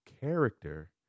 character